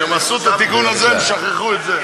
כשהם עשו את התיקון הזה הם שכחו את זה,